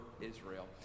Israel